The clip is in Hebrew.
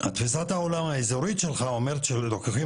תפיסת העולם האזורית שלך אומרת שלוקחים